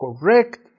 correct